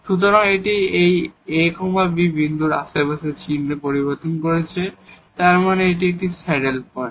সুতরাং এটি এই a b বিন্দুর আশেপাশে চিহ্ন পরিবর্তন করছে এবং তার মানে এটি একটি স্যাডেল পয়েন্ট